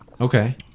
Okay